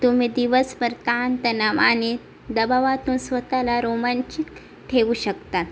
तुम्ही दिवसभर ताण तणाव आणि दबावातून स्वतःला रोमांचित ठेवू शकता